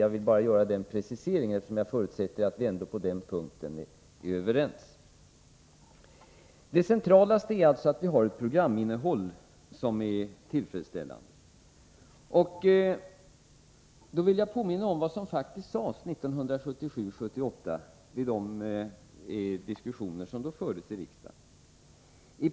Jag ville bara göra denna precisering, eftersom jag förutsätter att vi på den punkten ändå är överens. Det centrala är alltså att vi har ett programinnehåll som är tillfredsställande. Jag vill påminna om vad som faktiskt sades vid de diskussioner som fördes i riksdagen 1977/78.